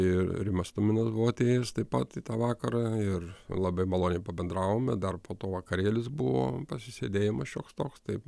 ir rimas tuminas buvo atėjęs taip pat į tą vakarą ir labai maloniai pabendravome dar po to vakarėlis buvo pasisėdėjimas šioks toks taip